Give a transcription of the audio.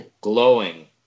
glowing